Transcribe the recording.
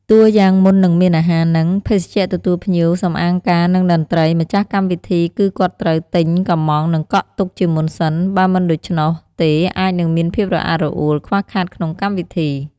តួយ៉ាងមុននឹងមានអាហារនិង ភេសជ្ជៈទទួលភ្ញៀវ សំអាងការ និងតន្ត្រី ម្ចាស់កម្មវិធីគឺគាត់ត្រូវ ទិញ កម្មង់និងកក់ទុកជាមុនសិន បើមិនដូច្នោះទេអាចនឹងមានភាពរអាក់រអួលខ្វះខាតក្នុងកម្មវិធី។